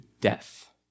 death